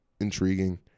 intriguing